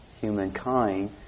humankind